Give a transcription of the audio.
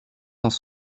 dans